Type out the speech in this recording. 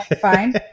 Fine